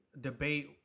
debate